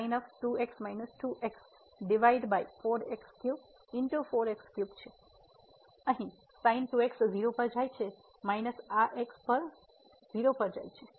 તેથી 0 પર જાય છે માઇનસ આ x 0 પર જાય છે